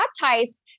baptized